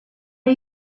are